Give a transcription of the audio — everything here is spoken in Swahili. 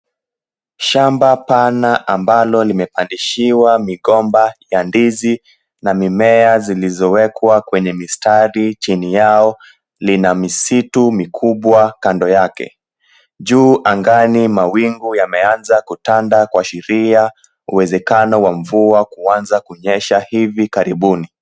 Shamba pana ambalo limepandishiwa migomba ya ndizi na mimea ziliyowekwa kwenye mistari chini yao lina misitu mikubwa kando yake. Juu angani mawingu yameanza kutanda kuashiria, uwezekano wa mvua kuanza kunyesha hivi karibuni.